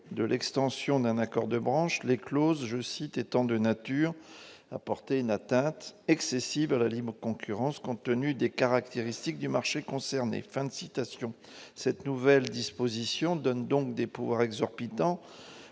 de l'extension d'un accord de branche les clauses « étant de nature à porter une atteinte excessive à la libre concurrence, compte tenu des caractéristiques du marché concerné ». Cette nouvelle disposition donne donc des pouvoirs exorbitants